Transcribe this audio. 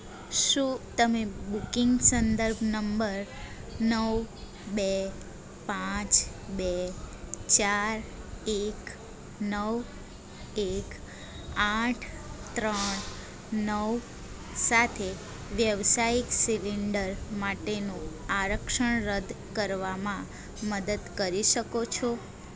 શું તમે બુકિંગ સંદર્ભ નંબર નવ બે પાંચ બે ચાર એક નવ એક આઠ ત્રણ નવ સાથે વ્યવસાઈક સિલિન્ડર માટેનું આરક્ષણ રદ કરવામાં મદદ કરી શકો છો